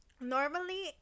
normally